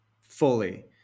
fully